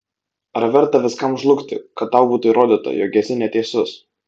ar verta viskam žlugti kad tau būtų įrodyta jog esi neteisus